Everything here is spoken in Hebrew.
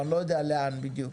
או אני לא יודע לאן בדיוק.